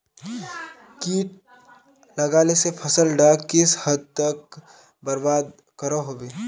किट लगाले से फसल डाक किस हद तक बर्बाद करो होबे?